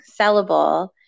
sellable